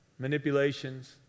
manipulations